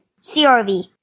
CRV